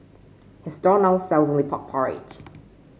his stall now sells only pork porridge